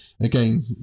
again